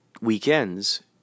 weekends